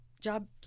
job